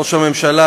ראש הממשלה,